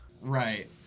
Right